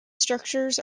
structures